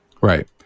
Right